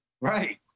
Right